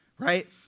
Right